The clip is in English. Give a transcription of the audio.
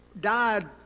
died